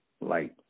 light